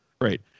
great